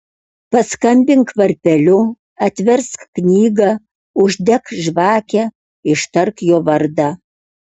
paskambink varpeliu atversk knygą uždek žvakę ištark jo vardą